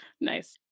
Nice